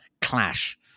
clash